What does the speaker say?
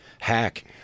hack